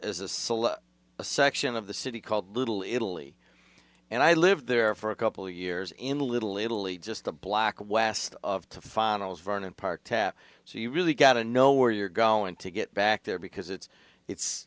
saloon a section of the city called little italy and i lived there for a couple of years in little italy just the black west of to finals vernon park tap so you really got to know where you're going to get back there because it's it's